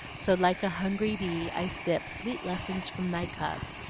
so, like a hungry bee, i sip sweet lessons from thy cup,